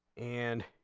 and